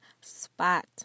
spot